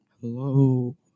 Hello